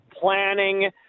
planning